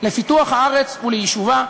לפיתוח הארץ וליישובה,